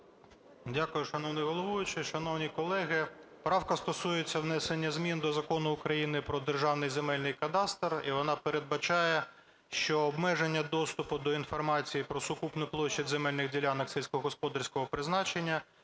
Дякую. Шановний головуючий, шановні колеги, правка стосується внесення змін до Закону України про Державний земельний кадастр. І вона передбачає, що: "Обмеження доступу до інформації про сукупну площу земельних ділянок сільськогосподарського призначення